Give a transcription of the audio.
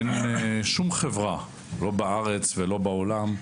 אין שום חברה, לא בארץ ולא בעולם,